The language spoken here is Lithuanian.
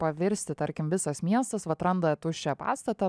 pavirsti tarkim visas miestas vat randa tuščią pastatą